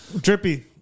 Drippy